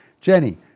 Jenny